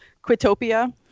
Quitopia